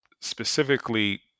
specifically